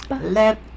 Let